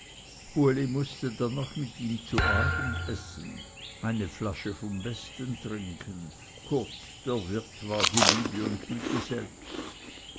uli mußte dann noch mit ihm zu abend essen eine flasche vom besten trinken kurz der wirt war die liebe und güte selbst